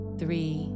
three